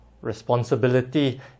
responsibility